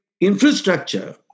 infrastructure